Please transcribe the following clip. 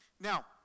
Now